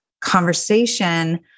conversation